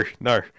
no